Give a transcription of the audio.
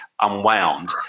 unwound